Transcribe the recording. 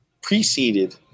preceded